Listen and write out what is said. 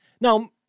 Now